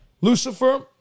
Lucifer